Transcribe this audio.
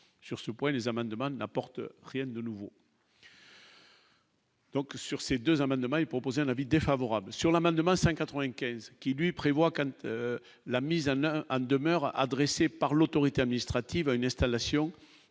sur ce point, les amendements n'apporte rien de nouveau. Donc sur ces 2 amendements et proposer un avis défavorable sur la demain 5 95 qui lui prévoit Lamizana Anne demeure adressées par l'autorité administrative à une installation